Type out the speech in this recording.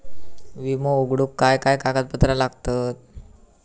विमो उघडूक काय काय कागदपत्र लागतत?